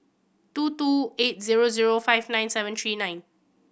two two eight zero zero five nine seven three nine